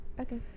Okay